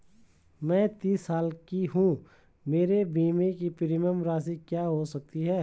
मैं तीस साल की हूँ मेरे बीमे की प्रीमियम राशि क्या हो सकती है?